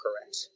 correct